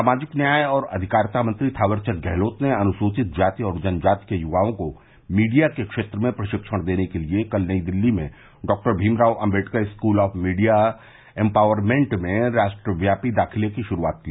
सामाजिक न्याय और अधिकारिता मंत्री थावरवंद गहलोत ने अनुसूचित जाति और जनजाति के युवाओं को मीडिया के क्षेत्र में प्रशिक्षण देने के लिए कल नई दिल्ली में doctor Bhim Rao Ambedkar school of media empowerment में राष्ट्रव्यापी दाखिले की गुरूआत की